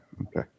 Okay